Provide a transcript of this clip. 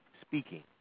speaking